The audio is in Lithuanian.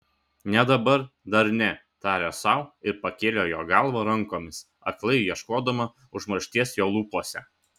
ne dabar dar ne tarė sau ir pakėlė jo galvą rankomis aklai ieškodama užmaršties jo lūpose